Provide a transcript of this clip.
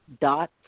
Dot